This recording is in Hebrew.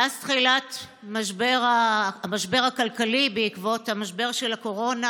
מאז תחילת המשבר הכלכלי בעקבות משבר הקורונה